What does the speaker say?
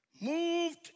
moved